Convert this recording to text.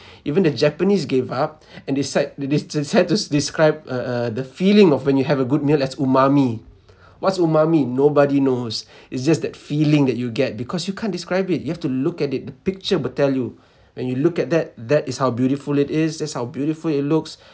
even the japanese gave up and they cide~ they they decide to describe uh uh the feeling of when you have a good meal as umami what's umami nobody knows it's just that feeling that you get because you can't describe it you have to look at it the picture will tell you when you look at that that is how beautiful it is that's how beautiful it looks